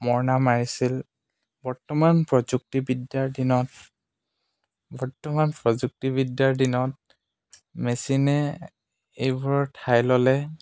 মৰণা মাৰিছিল বৰ্তমান প্ৰযুক্তিবিদ্যাৰ দিনত বৰ্তমান প্ৰযুক্তিবিদ্যাৰ দিনত মেচিনে এইবোৰৰ ঠাই ল'লে